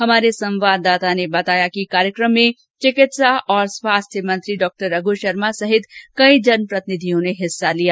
हमारे संवाददाता ने बताया कि कार्यक्रम में चिकित्सा और स्वास्थ्य मंत्री डा रघु शर्मा सहित कई जनप्रतिनिधियों ने भाग लिया